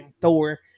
Thor